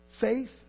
faith